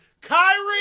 Kyrie